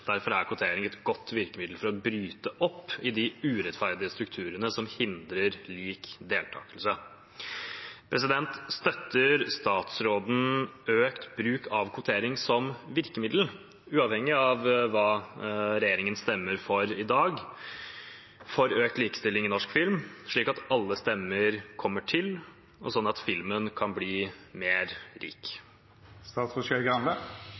Derfor er kvotering et godt virkemiddel for å bryte opp i de urettferdige strukturene som hindrer lik deltakelse. Støtter statsråden økt bruk av kvotering som virkemiddel, uavhengig av hva regjeringspartiene stemmer for i dag, for økt likestilling i norsk film, slik at alle stemmer kommer til, og slik at filmen kan bli mer